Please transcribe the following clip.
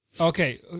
okay